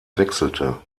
wechselte